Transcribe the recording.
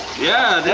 yeah,